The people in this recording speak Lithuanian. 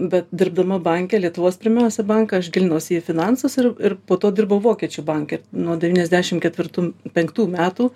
bet dirbdama banke lietuvos pirmiausia banką aš gilinausi į finansus ir ir po to dirbau vokiečių banke nuo devyniasdešim ketvirtų penktų metų